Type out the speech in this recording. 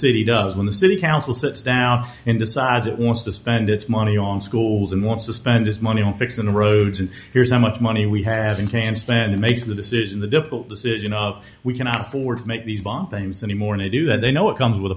city does when the city council sits down and decides it wants to spend its money on schools and wants to spend its money on fixing the roads and here's how much money we haven't changed spending makes the decision the difficult decision of we cannot afford to make these bomb things anymore and they do that they know it comes with